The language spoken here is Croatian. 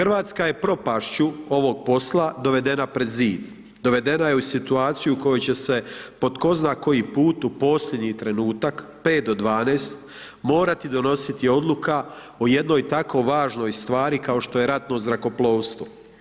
RH je propašću ovog posla dovedena pred zid, dovedena je u situaciju u koju će po tko zna koji put u posljednji trenutak, 5 do 12, morati donositi odluka o jednoj tako važnoj stvari kao što je ratno zrakoplovstvo.